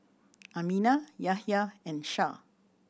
Aminah Yahya and Shah